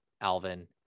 alvin